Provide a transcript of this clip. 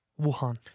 Wuhan